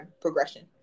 progression